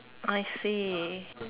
I see